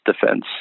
defense